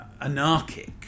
anarchic